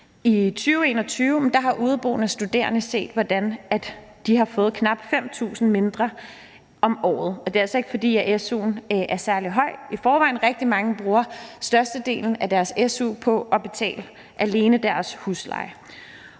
I 2021 har udeboende studerende set, hvordan de har fået knap 5.000 kr. mindre om året, og det er ikke, fordi su'en var særlig høj i forvejen, og rigtig mange bruger størstedelen af deres su på at betale deres husleje.